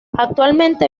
actualmente